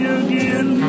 again